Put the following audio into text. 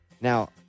Now